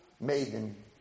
maiden